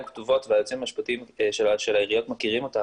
הן כתובות והיועצים המשפטיים של הרשויות מכירים אותם.